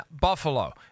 Buffalo